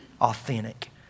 Authentic